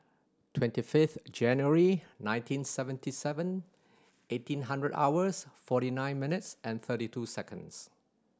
twenty fifth January nineteen seventy seven eighteen hundred hours forty nine minutes and thirty two seconds